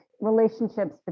relationships